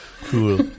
Cool